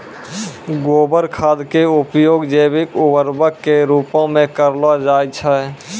गोबर खाद के उपयोग जैविक उर्वरक के रुपो मे करलो जाय छै